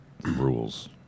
rules